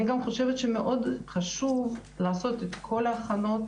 אני גם חושבת שמאוד חשוב לעשות את כל ההכנות